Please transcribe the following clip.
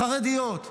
חרדיות.